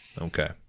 Okay